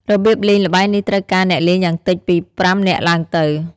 របៀបលេង ល្បែងនេះត្រូវការអ្នកលេងយ៉ាងតិចពី ៥ នាក់ឡើងទៅ ។